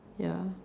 ya